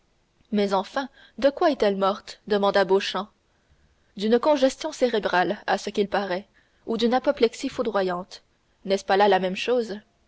mais enfin de quoi est-elle morte demanda beauchamp d'une congestion cérébrale à ce qu'il paraît ou d'une apoplexie foudroyante n'est-ce pas la même chose